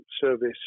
service